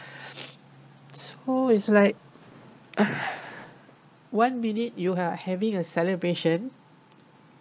so it's like one minute you are having a celebration